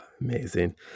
Amazing